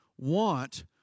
want